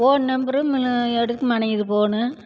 phone நம்பரும் எடுக்க மாட்டேங்குது ஃபோனு